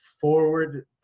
forward